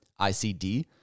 ICD